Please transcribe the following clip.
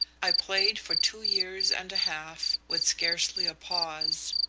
i played for two years and a half, with scarcely a pause.